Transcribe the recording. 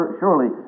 surely